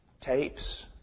tapes